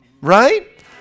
right